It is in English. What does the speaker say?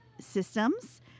systems